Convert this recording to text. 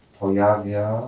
pojawia